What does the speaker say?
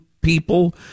people